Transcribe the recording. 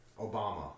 Obama